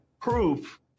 proof